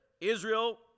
Israel